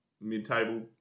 mid-table